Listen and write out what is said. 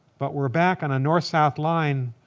but we're back on a north-south line,